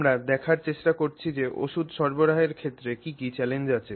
আমরা দেখার চেষ্টা করছি যে ওষুধ সরবরাহের ক্ষেত্রে কি কি চ্যালেঞ্জ আছে